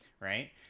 Right